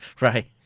right